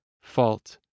fault